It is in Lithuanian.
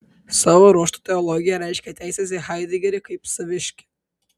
savo ruožtu teologija reiškė teises į haidegerį kaip saviškį